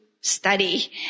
study